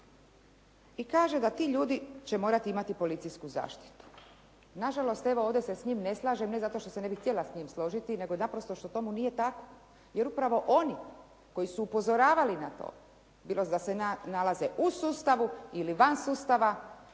i kaže da ti ljudi će morati imati policijsku zaštitu. Nažalost, ovdje se s njim ne slažem, ne zato što se ne bih htjela s njime složiti nego naprosto što tomu nije tako jer upravo oni koji su upozoravali na to bilo da se nalaze u sustavu ili van sustava